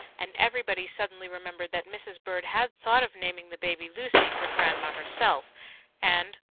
and everybody suddenly remembered that mrs. bird had thought of naming the baby lucy, for grandma herself and,